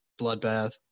Bloodbath